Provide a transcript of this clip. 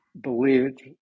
believed